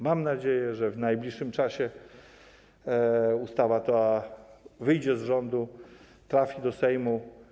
Mam nadzieję, że w najbliższym czasie ustawa ta wyjdzie z rządu, trafi do Sejmu.